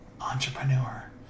entrepreneur